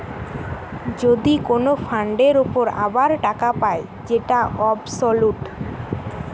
যদি কোন ফান্ডের উপর আবার টাকা পায় যেটা অবসোলুট